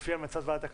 לפי המלצת ועדת הכנסת.